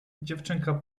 dziewczyna